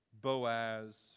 Boaz